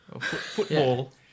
Football